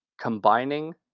combining